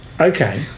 okay